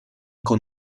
con